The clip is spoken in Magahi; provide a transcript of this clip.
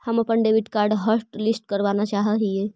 हम अपन डेबिट कार्ड हॉटलिस्ट करावाना चाहा हियई